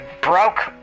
broke